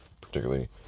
particularly